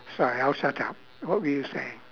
sorry I'll shut up what were you saying